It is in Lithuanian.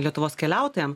lietuvos keliautojam